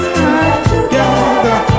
together